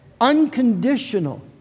unconditional